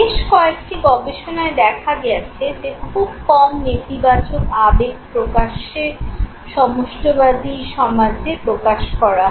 বেশ কয়েকটি গবেষণায় দেখা গেছে যে খুব কম নেতিবাচক আবেগ প্রকাশ্যে সমষ্টিবাদী সমাজে প্রকাশ করা হয়